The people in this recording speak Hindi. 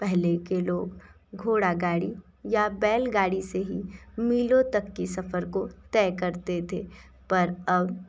पहले के लोग घोड़ागाड़ी या बैलगाड़ी से ही मीलों तक के सफ़र को तय करते थे पर अब